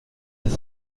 ist